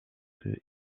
queue